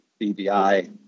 BBI